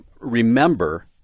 remember